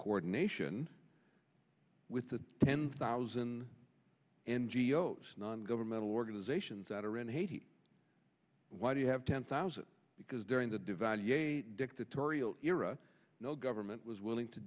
coordination with the ten thousand n g o s non governmental organizations that are in haiti why do you have ten thousand because during the devalued dictatorial era no government was willing to